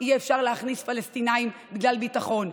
שאי-אפשר להכניס פלסטינים בגלל ביטחון,